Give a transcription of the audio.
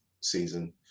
season